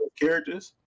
characters